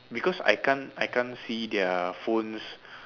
because I can't I can't see their phones